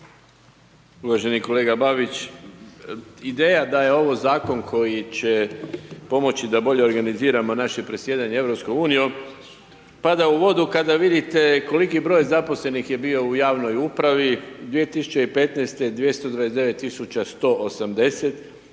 Uvaženi kolega Babić, ideja da je ovo zakon koji će pomoći da bolje organiziramo naše predsjedanje EU pada u vodu, kada vidite koliki broj zaposlenih je bio u javnoj upravi 2015.-229.180,